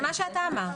זה מה שאתה אמרת.